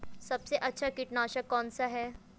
सबसे अच्छा कीटनाशक कौन सा है?